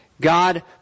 God